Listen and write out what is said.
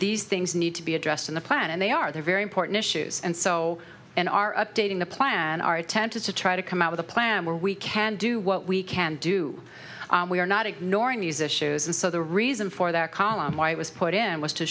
these things need to be addressed in the plan and they are they're very important issues and so in our updating the plan are tempted to try to come out with a plan where we can do what we can do we are not ignoring these issues and so the reason for that column i was put in was to